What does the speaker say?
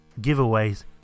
giveaways